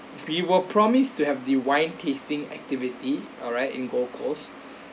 we were promised to have the wine tasting activity alright in gold coast